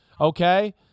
okay